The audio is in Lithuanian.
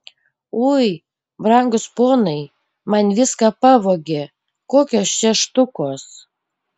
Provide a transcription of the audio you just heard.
ui brangūs ponai man viską pavogė kokios čia štukos